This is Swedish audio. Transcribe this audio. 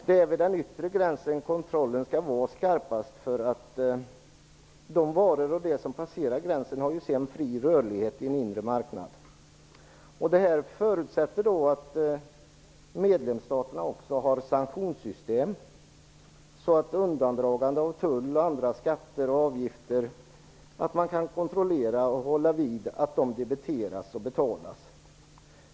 Det är vid den yttre gränsen kontrollen skall vara skarpast, för det som passerar den gränsen har ju sedan fri rörlighet i en inre marknad. Det förutsätter att medlemsstaterna också har sanktionssystem, så att man kan kontrollera att tull och andra skatter och avgifter debiteras och betalas.